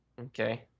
Okay